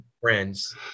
friends